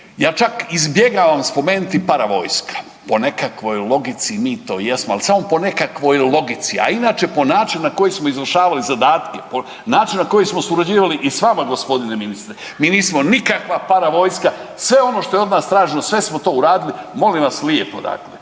Ja čak izbjegavam spomenuti paravojska, po nekakvoj logici mi to jesmo, ali samo po nekakvoj logici, a inače po načinu na koji smo izvršavali zadatke, načinu na koji smo surađivali i s vama gospodine ministre mi nismo nikakav paravojska, sve ono što je od nas traženo sve smo to uradili. Molim vas lijepo dakle